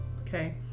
Okay